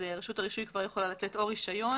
רשות הרישוי כבר יכולה לתת או רישיון